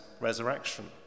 resurrection